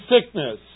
sickness